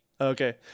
okay